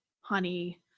honey